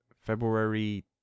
February